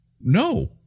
no